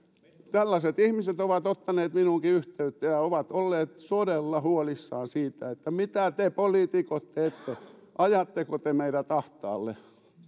tällaiset ihmiset ovat ottaneet minuunkin yhteyttä ja ovat olleet todella huolissaan mitä te poliitikot teette ajatteko te meidät ahtaalle